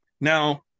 Now